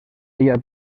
ella